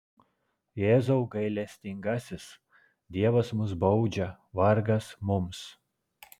jėzau gailestingasis dievas mus baudžia vargas mums